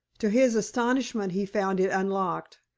to his astonishment he found it unlocked,